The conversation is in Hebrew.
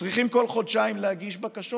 צריכים כל חודשיים להגיש בקשות